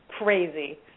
crazy